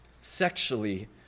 sexually